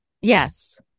Yes